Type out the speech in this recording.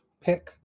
pick